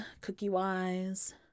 cookie-wise